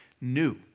new